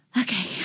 Okay